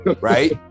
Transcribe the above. Right